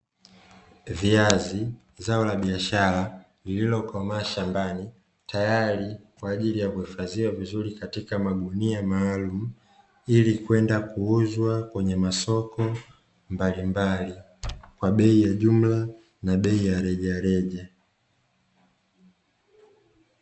Viazi zao la biashara lililokomaa shambani tayari kwa ajili ya kuhifadhiwa vizuri katika magunia maalumu, ili kwenda kuuzwa kwenye masoko mbalimbali kwa bei ya jumla na bei ya rejareja.